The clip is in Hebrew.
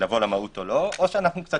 לבוא למהו"ת או לא, או אנחנו יותר